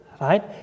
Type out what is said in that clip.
right